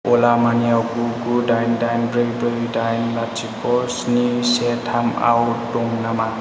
अला मनियाव गु गु डाइन डाइन ब्रै ब्रै डाइन लाथिख' स्नि से थामाव दं नामा